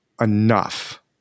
enough